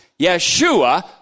Yeshua